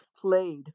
played